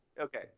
Okay